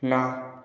না